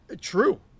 true